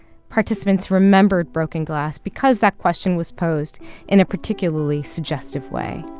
participants remembered broken glass because that question was posed in a particularly suggestive way.